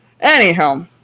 anyhow